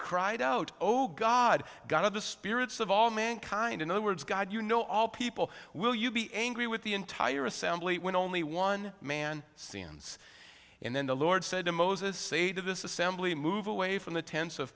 cried out oh god god of the spirits of all mankind in other words god you know all people will you be angry with the entire assembly when only one man sins and then the lord said to moses say to this assembly move away from the